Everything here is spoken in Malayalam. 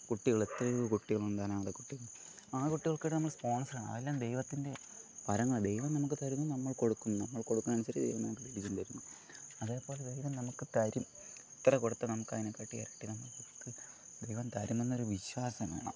കുട്ടികൾ എത്രയോ കുട്ടികളുണ്ട് അനാഥ കുട്ടികൾ ആ കുട്ടികൾക്ക് വേണ്ടി നമ്മൾ സ്പോൺസർ ചെയ്യണം അതെല്ലാം ദൈവത്തിൻ്റെ ഫലങ്ങൾ ദൈവം നമുക്ക് തരുന്നു നമ്മൾ കൊടുക്കുന്നു നമ്മൾ കൊടുക്കുന്ന അനുസരിച്ച് ദൈവം നമുക്ക് തിരിച്ചും തരുന്നു അതേപോലെ ദൈവം നമക്ക് തരും എത്ര കൊടുത്ത് നമുക്ക് അതിനെക്കാട്ടി ഇരട്ടി നമുക്ക് ദൈവം തരുമെന്ന് എന്നൊരു വിശ്വാസം വേണം